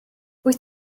wyt